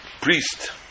priest